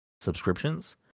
subscriptions